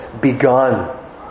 begun